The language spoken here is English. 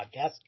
podcast